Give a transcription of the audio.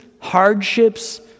hardships